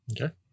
Okay